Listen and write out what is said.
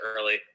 early